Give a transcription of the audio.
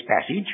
passage